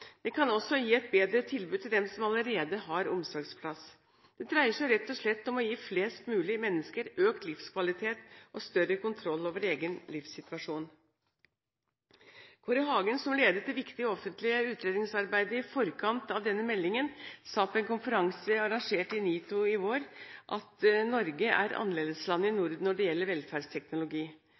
Det kan også gi et bedre tilbud til dem som allerede har omsorgsplass. Det dreier seg rett og slett om å gi flest mulig mennesker økt livskvalitet og større kontroll over egen livssituasjon. Kåre Hagen, som ledet det viktige offentlige utredningsarbeidet i forkant av denne meldingen, sa på en konferanse arrangert av NITO, Norges Ingeniør- og Teknologorganisasjon, i vår at Norge er annerledeslandet i Norden når det gjelder velferdsteknologi.